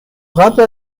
قبل